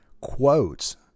quotes